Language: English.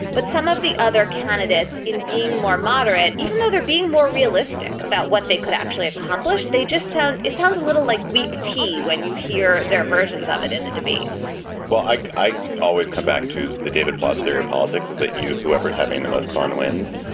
but some of the other candidates in being more moderate, even though they're being more realistic about what they could actually accomplish. they just sound it sounds a little like weak tea when you hear their versions of it in the debates well, i i always come back to the david plotz theory. politics is that you, whoever is having the most fun wins.